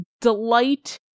delight